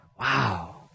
wow